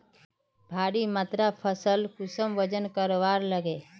भारी मात्रा फसल कुंसम वजन करवार लगे?